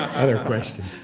other question.